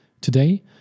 Today